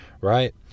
right